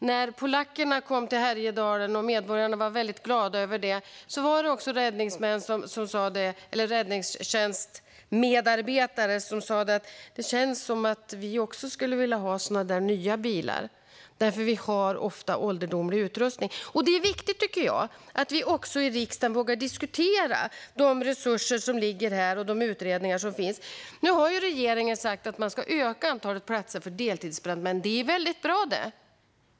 När polackerna kom till Härjedalen, vilket medborgarna var väldigt glada över, var det räddningstjänstmedarbetare som sa: Vi skulle också vilja ha sådana där nya bilar, för vi har ofta ålderdomlig utrustning. Det är viktigt att vi i riksdagen vågar diskutera de resurser som ligger här och de utredningar som finns. Nu har regeringen sagt att man ska öka antalet platser för deltidsbrandmän. Det är väldigt bra.